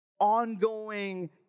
ongoing